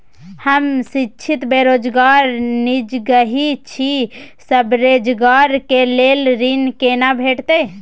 हम शिक्षित बेरोजगार निजगही छी, स्वरोजगार के लेल ऋण केना भेटतै?